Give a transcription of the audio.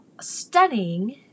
stunning